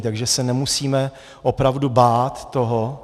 Takže se nemusíme opravdu bát toho.